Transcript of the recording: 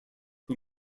who